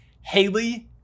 Haley